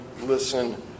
listen